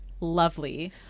lovely